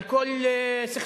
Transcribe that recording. על כל סכסוך: